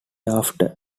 after